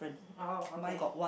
oh okay